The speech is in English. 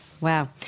wow